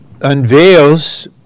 unveils